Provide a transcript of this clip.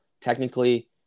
technically